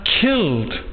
killed